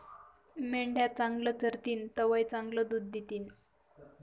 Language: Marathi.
मेंढ्या चांगलं चरतीन तवय चांगलं दूध दितीन